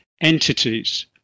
entities